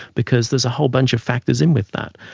because there's a whole bunch of factors in with that.